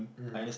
mmhmm